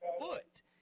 foot